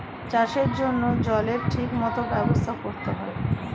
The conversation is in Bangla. চাষের জন্য জলের ঠিক মত ব্যবস্থা করতে হয়